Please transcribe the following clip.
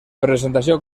presentació